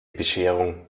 bescherung